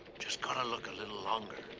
just got to look a little longer.